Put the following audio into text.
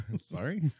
Sorry